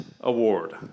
award